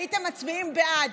הייתם מצביעים בעד,